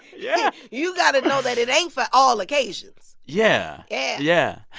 yeah you've got to know that it ain't for all occasions yeah yeah yeah.